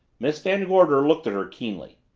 miss van gorder looked at her keenly.